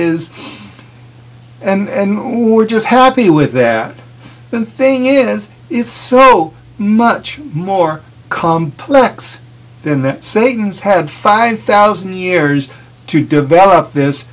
is and who we're just happy with that the thing is is so much more complex than that satan's had five thousand years to develop this